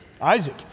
Isaac